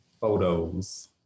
Photos